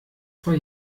zwei